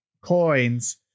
coins